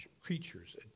creatures